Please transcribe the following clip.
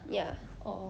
ya